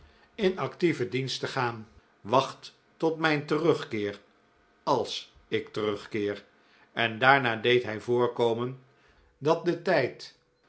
in actieven dienst te gaan wacht tot mijn terugkeer als ik terugkeer en daarna deed hij voorkomen dat de tijd